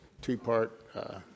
two-part